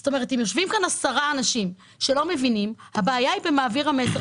זאת אומרת שאם יושבים כאן עשרה אנשים שלא מבינים הבעיה היא במעביר המסר.